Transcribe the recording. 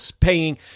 paying